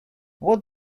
what